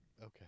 Okay